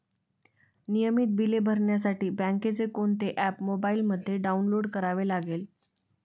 नियमित बिले भरण्यासाठी बँकेचे कोणते ऍप मोबाइलमध्ये डाऊनलोड करावे लागेल?